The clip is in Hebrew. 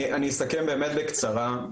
אני אסכם באמת בקצרה,